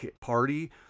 party